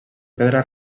pedra